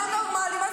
לא נורמליים.